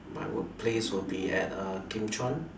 my workplace would be at uh Kim-Chuan